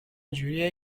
جوریه